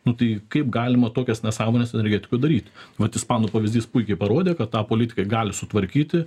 nu tai kaip galima tokias nesąmones energetikoj daryt vat ispanų pavyzdys puikiai parodė kad tą politikai gali sutvarkyti